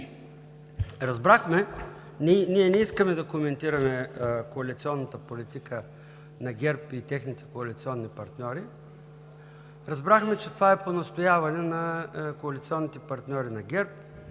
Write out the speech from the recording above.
градини. Ние не искаме да коментираме коалиционната политика на ГЕРБ и техните коалиционни партньори. Разбрахме, че това е по настояване на коалиционните партньори на ГЕРБ.